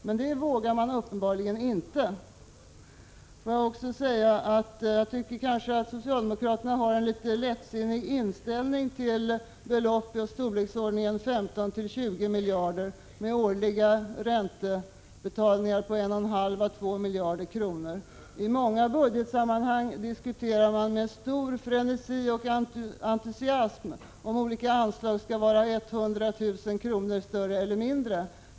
Men det vågar man 16 december 1986 uppenbarligen inte. Jag tycker att socialdemokraterna har en lättsinnig inställning till ett belopp av storleksordningen 15—20 miljarder kronor med årliga räntebetalningar av 1,5—2 miljarder kronor. I många budgetsammanhang diskuterar man med stor frenesi och entusiasm om olika anslag skall vara hundratusen kronor större eller mindre.